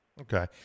Okay